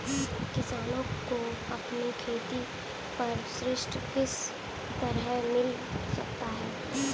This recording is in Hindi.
किसानों को अपनी खेती पर ऋण किस तरह मिल सकता है?